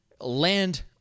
land